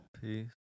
Peace